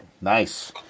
Nice